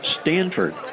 Stanford